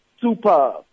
super